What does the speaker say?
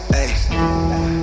ayy